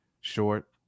Short